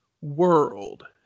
World